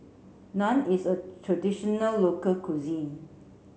Naan is a traditional local cuisine